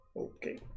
Okay